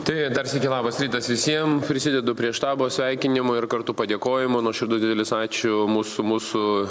tai dar sykį labas rytas visiem prisidedu prie štabo sveikinimų ir kartu padėkojimų nuoširdus didelis ačiū mūsų mūsų